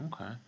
Okay